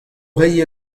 reiñ